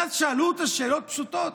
ואז שאלו אותה שאלות פשוטות: